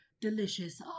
delicious